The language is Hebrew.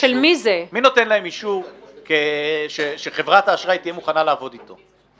מי נותן להן אישור שחברת האשראי תהיה מוכנה לעבוד אתן?